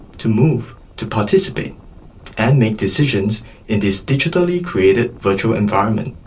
to move, to participate and make decisions in this digitally created virtual environment.